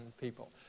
people